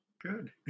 good